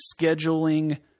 scheduling